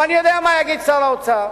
אבל אני יודע מה יגיד שר האוצר.